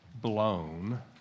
blown